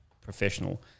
professional